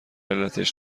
علتش